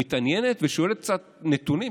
מתעניינת ושואלת קצת על נתונים.